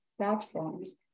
platforms